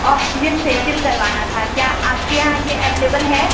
oxygen facial करवाना था क्या आपके यहाँ ये अवेलेबल है